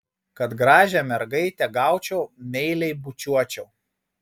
kad gražią mergaitę gaučiau meiliai bučiuočiau